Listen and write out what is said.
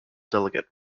delegate